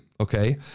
okay